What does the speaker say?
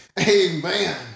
Amen